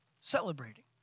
celebrating